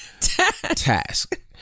task